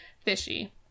fishy